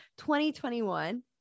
2021